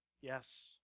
Yes